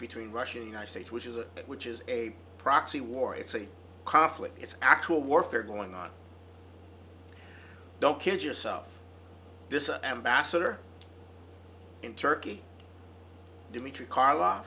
between russia and united states which is a that which is a proxy war it's a conflict it's actual warfare going on don't kid yourself this ambassador in turkey dimitri karl